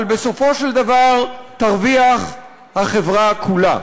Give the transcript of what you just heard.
אבל בסופו של דבר תרוויח החברה כולה.